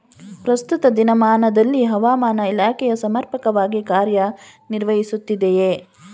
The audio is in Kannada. ಪ್ರಸ್ತುತ ದಿನಮಾನದಲ್ಲಿ ಹವಾಮಾನ ಇಲಾಖೆಯು ಸಮರ್ಪಕವಾಗಿ ಕಾರ್ಯ ನಿರ್ವಹಿಸುತ್ತಿದೆಯೇ?